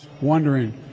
wondering